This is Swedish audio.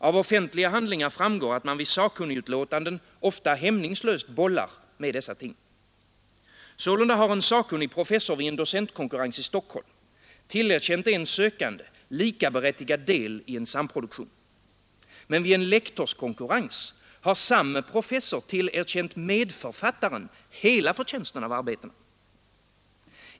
Av offentliga handlingar framgår, att man vid sakkunnigutlåtanden ofta hämningslöst bollar med dessa ting. Sålunda har en sakkunnig professor vid en docentkonkurrens i Stockholm tillerkänt en sökande likaberättigad del i en samproduktion. Men vid en lektorskonkurrens har samme professor tillerkänt medförfattaren hela förtjänsten av arbetena.